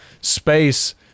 space